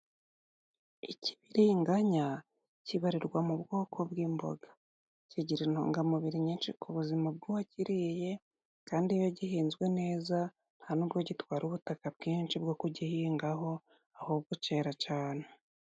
Ikibiringanya kibarirwa mu bwoko bw'imboga, kigira intungamubiri nyinshi ku buzima bw'uwa kiriye. Kandi iyo gihinzwe neza nta n'ubwo gitwara ubutaka bwinshi bwo kugihingaho, ahubwo kera cyane.